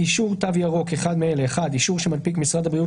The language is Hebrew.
"אישור "תו ירוק"" אחד מאלה: אישור שמנפיק משרד הבריאות